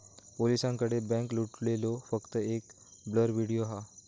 पोलिसांकडे बॅन्क लुटलेलो फक्त एक ब्लर व्हिडिओ हा